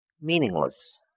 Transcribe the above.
meaningless